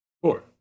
Four